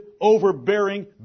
overbearing